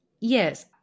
Yes